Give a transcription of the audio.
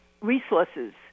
resources